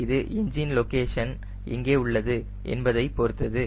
இது engine location எங்கே உள்ளது என்பதை பொருத்தது